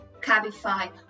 Cabify